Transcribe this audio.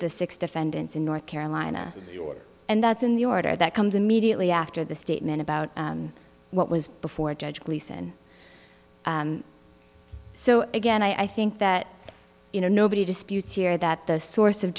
the six defendants in north carolina and that's in the order that comes immediately after the statement about what was before judge gleason so again i think that you know nobody disputes here that the source of